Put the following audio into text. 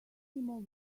more